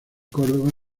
córdoba